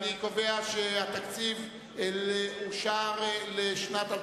אני קובע שהתקציב לשנת 2009 אושר.